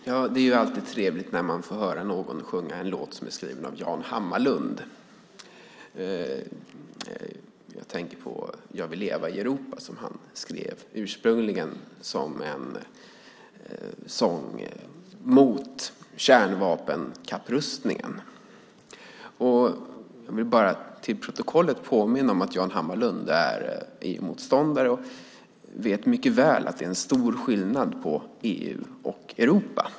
Fru talman! Det är alltid trevligt när man får höra någon sjunga en låt som är skriven av Jan Hammarlund. Jag tänker på Jag vill leva i Europa som han ursprungligen skrev som en sång mot kärnvapenkapprustningen. Jag vill bara påminna om att Jan Hammarlund är EU-motståndare och mycket väl vet att det är en stor skillnad på EU och Europa.